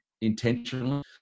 intentionally